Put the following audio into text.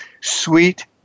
Sweet